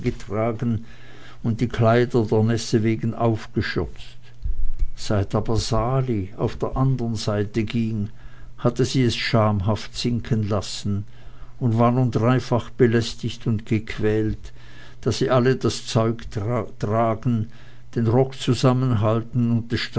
getragen und ihr kleid der nässe wegen aufgeschürzt seit aber sali auf der anderen seite ging hatte sie es schamhaft sinken lassen und war nun dreifach belästigt und gequält da sie alle das zeug tragen den rock zusammenhalten